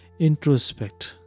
introspect